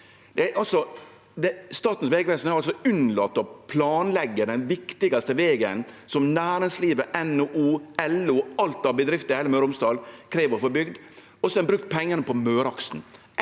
Statens vegvesen har altså unnlate å planleggje den viktigaste vegen som næringslivet – NHO, LO, alt av bedrifter i Møre og Romsdal – krev å få bygd. Ein har brukt pengane på Møreaksen: